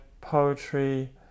poetry